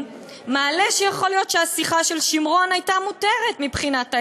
מעלה שיכול להיות שהשיחה של שמרון הייתה מותרת מבחינת ההסדר.